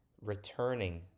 returning